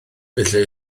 felly